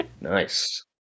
Nice